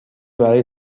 برای